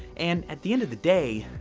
and, at the end of the day,